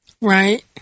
Right